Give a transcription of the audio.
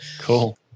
Cool